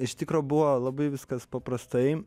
iš tikro buvo labai viskas paprastai